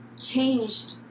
changed